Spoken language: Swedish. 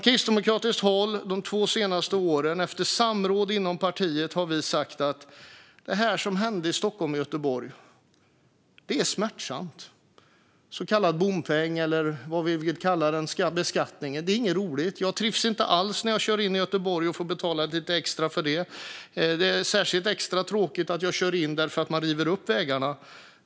Kristdemokraterna har de två senaste åren, efter samråd inom partiet, sagt att den så kallade bompengen i Stockholm och Göteborg inte är rolig men behövs. Jag trivs inte alls med att få betala extra när jag kör in i Göteborg. Det är ju extra tråkigt att jag kör in för att man river upp vägarna.